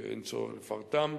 שאין צורך לפרטם.